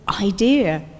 idea